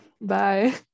Bye